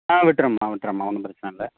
ஆ விட்டுர்றம்மா விட்டுர்றம்மா ஒன்றும் பிரச்சின இல்லை